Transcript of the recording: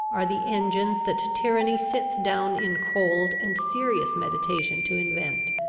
are the engines that tyranny sits down in cold and serious meditation to invent.